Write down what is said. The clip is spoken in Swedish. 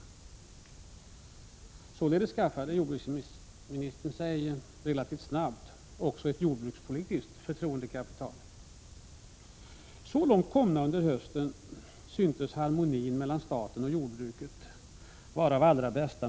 Jordbruksministern skaffade sig således relativt snabbt också ett jordbrukspolitiskt förtroendekapital. Så långt under hösten syntes harmonin mellan staten och jordbruket vara den allra bästa.